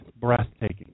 breathtaking